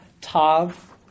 Tav